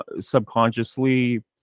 subconsciously